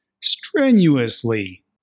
strenuously